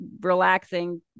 relaxing